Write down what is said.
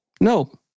no